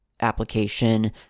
application